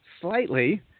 slightly